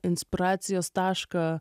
inspiracijos tašką